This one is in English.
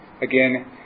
Again